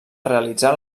realitzar